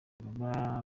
baba